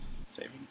Saving